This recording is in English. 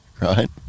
right